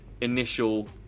initial